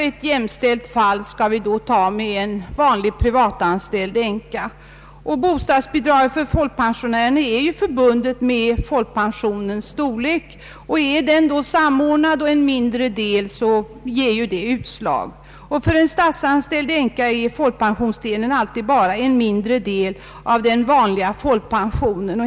En jämförelse bör här göras med en privatanställds änka. Bostadsbidraget till pensionärerna är ju förbundet med folkpensionens storlek. är den också samordnad och utgör en mindre del, ger detta ett visst utslag. För en statsanställds änka är folkpensionsdelen alltid bara en mindre del av den vanliga folkpensionen.